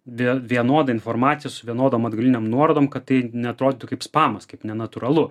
dėl vienodai informacijos su vienodom atgalinėm nuorodom kad tai neatrodytų kaip spamas kaip nenatūralu